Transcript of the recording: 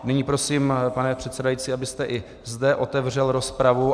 Nyní prosím, pane předsedající, abyste i zde otevřel rozpravu.